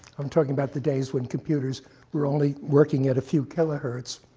i'm talking about the days when computers were only working at a few kilohertz,